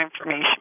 information